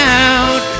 out